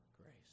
grace